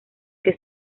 que